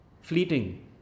fleeting